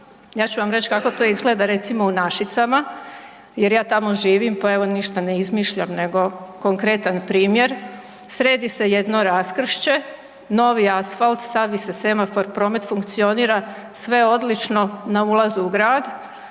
Ja ću vam reć kako to izgleda recimo u Našicama jer ja tamo živim, pa evo ništa ne izmišljam nego konkretan primjer. Sredi se jedno raskršće, novi asfalt, stavi se semafor, promet funkcionira, sve odlično na ulazu u grad.